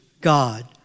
God